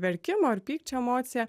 verkimo ar pykčio emociją